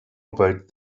about